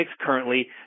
currently